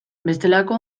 bestelako